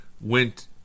went